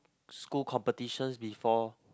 school competitions before